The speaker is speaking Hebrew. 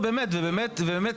באמת.